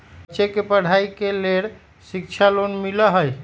बच्चा के पढ़ाई के लेर शिक्षा लोन मिलहई?